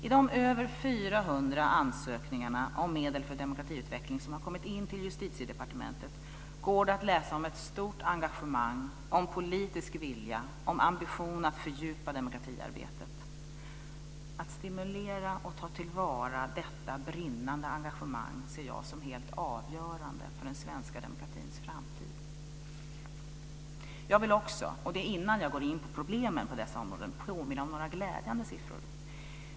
I de över 400 ansökningarna om medel för demokratiutveckling som har kommit in till Justitiedepartementet går det att läsa om ett stort engagemang, om politisk vilja och ambition att fördjupa demokratiarbetet. Att stimulera och ta till vara detta brinnande engagemang ser jag som helt avgörande för den svenska demokratins framtid. Jag vill också, innan jag går in på problemen på detta område, påminna om några glädjande siffror.